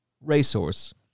racehorse